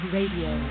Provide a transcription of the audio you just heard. Radio